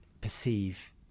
perceive